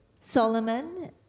Solomon